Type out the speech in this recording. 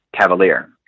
Cavalier